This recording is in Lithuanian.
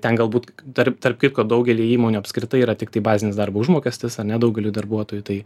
ten galbūt dar tarp kitko daugelyje įmonių apskritai yra tiktai bazinis darbo užmokestis ane daugeliui darbuotojų tai